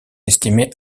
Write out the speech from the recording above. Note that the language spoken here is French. estimée